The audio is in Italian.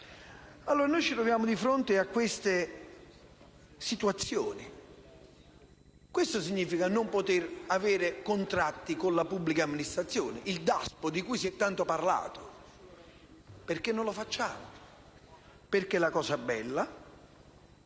d'Europa. Noi ci troviamo di fronte a queste situazioni. A questo si è ridotta l'idea di non poter avere contratti con la pubblica amministrazione, il DASPO di cui si è tanto parlato. Perché non lo facciamo? Perché la cosa bella